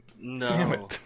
No